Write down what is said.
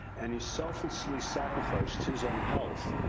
and he selflessly sacrificed his own health.